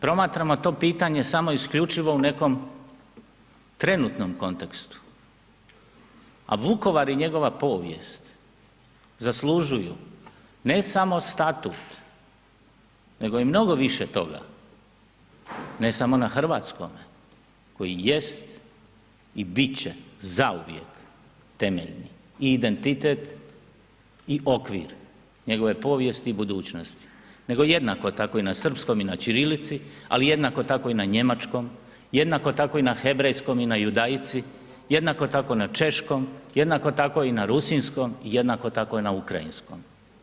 Promatramo to pitanje samo isključivo u nekom trenutnom kontekstu a Vukovar i njegova povijest zaslužuju ne samo statut nego i mnogo više toga, ne samo na hrvatskome koji jest i bit će zauvijek temelj i identitet i okvir njegove povijesti i budućnosti nego jednako tako i na srpskom i na ćirilici ali jednako tako i na njemačkom, jednako tako i na hebrejskom i na judaici, jednako tako na češkom, jednako tako i na rusinskom i jednako tako i na ukrajinskom.